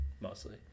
mostly